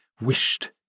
wished